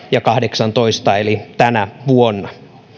ja kaksituhattakahdeksantoista eli tänä vuonna